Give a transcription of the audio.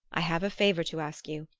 i have a favor to ask you.